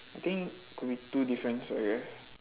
I think could be two difference I guess